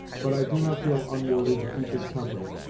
but i do not feel unworthy to keep his company,